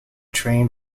train